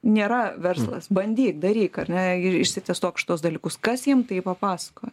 nėra verslas bandyk daryk ar ne išsitestuok šituos dalykus kas jiem tai papasakoja